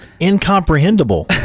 incomprehensible